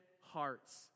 hearts